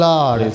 Lord